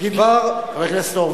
חבר הכנסת הורוביץ,